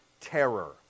terror